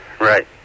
Right